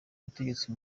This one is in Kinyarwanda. butegetsi